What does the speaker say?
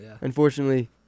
Unfortunately